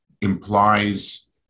implies